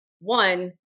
one